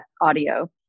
audio